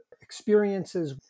experiences